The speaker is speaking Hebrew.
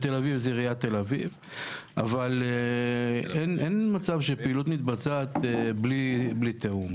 בתל-אביב זה עיריית תל-אביב אבל אין מצב שפעילות מתבצעת בלי תיאום.